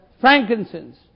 frankincense